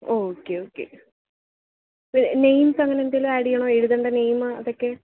okay okay പ് names അങ്ങനെ എന്തെങ്കിലും ആഡ് ചെയ്യണോ എഴുതേണ്ട നെയിം അതൊക്കെ